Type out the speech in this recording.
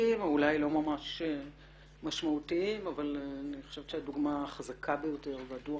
או אולי לא ממש משמעותיים אבל אני חושבת שהדוגמה החזקה ביותר והדוח